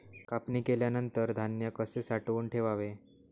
कापणी केल्यानंतर धान्य कसे साठवून ठेवावे?